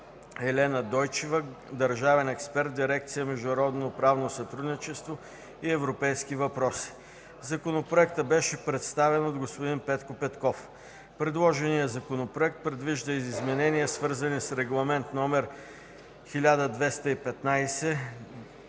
Елена Дойчева – държавен експерт в дирекция „Международно правно сътрудничество и европейски въпроси”. Законопроектът беше представен от господин Петко Петков. Предложеният Законопроект предвижда изменения, свързани с Регламент № 1215/2012